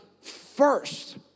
first